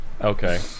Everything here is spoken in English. okay